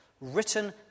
written